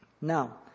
Now